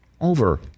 over